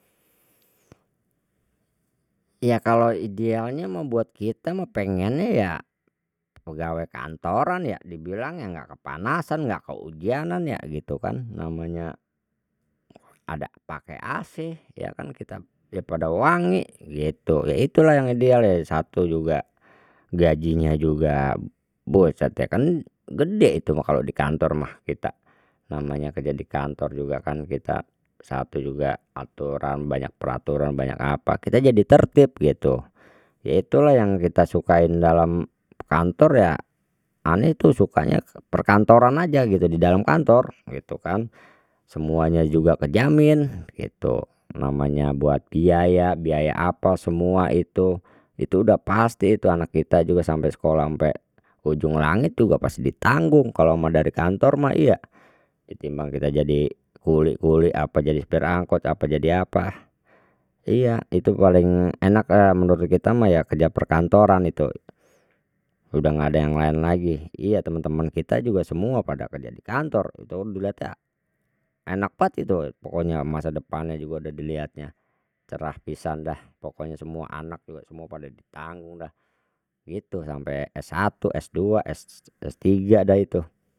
Ya kalau idealnya mah buat kita mah pengennya ya pegawai kantoran ya dibilangnya nggak kepanasan nggak kehujanan ya gitu kan, namanya ada pake ac ya kan kita, ya pada wangi gitu, itulah yang ideal satu juga gajinya juga buset deh kan gede itu mah kalau dikantor mah kita, namanya kerja dikantor juga kan kita satu juga aturan banyak peraturan banyak apa kita jadi tertib gitu, ya itulah yang kita sukain dalam kantor ya ane tu sukanya perkantoran aja gitu didalem kantor gitu kan, semuanya juga kejamin gitu namanya buat biaya biaya apa semua itu, itu udah pasti itu anak kita juga sampe sekolah ampe ujung langit juga pasti ditanggung kalau ama dari kantor mah iya, ketimbang kita jadi kuli kuli apa jadi sopir angkot apa jadi apa, iya itu paling enaklah menurut kita mah ya kerja perkantoran itu, udah ga ada yang lain lagi iya temen temen kita juga semua pada kerja dikantor itu dilihatnya enak banget itu pokoknya masa depannya juga dah dilihatnya cerah pisan dah pokoknya semua anak juga semua pada ditanggung dah gitu, sampai s1 s2 s3 dah itu.